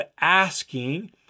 asking